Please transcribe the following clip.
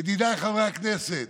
ידידיי חברי הכנסת: